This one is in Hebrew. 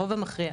הרוב המכריע.